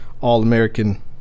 All-American